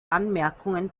anmerkungen